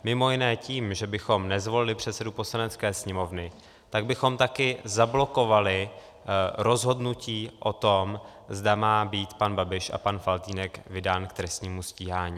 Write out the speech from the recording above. Mimo jiné tím, že bychom nezvolili předsedu Poslanecké sněmovny, tak bychom také zablokovali rozhodnutí o tom, zda má být pan Babiš a pan Faltýnek vydán k trestnímu stíhání.